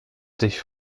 dich